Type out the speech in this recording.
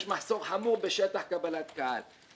יש מחסור חמור בשטח קבלת קהל.